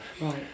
Right